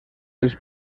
els